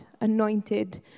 anointed